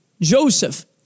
Joseph